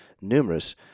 numerous